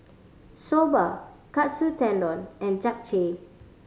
Soba Katsu Tendon and Japchae